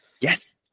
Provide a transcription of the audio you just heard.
yes